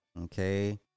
Okay